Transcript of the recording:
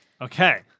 Okay